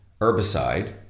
herbicide